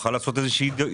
שנוכל לעשות הידברות.